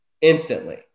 instantly